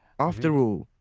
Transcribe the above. after all,